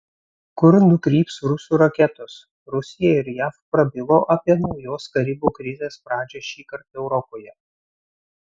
kur nukryps rusų raketos rusija ir jav prabilo apie naujos karibų krizės pradžią šįkart europoje